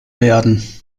werden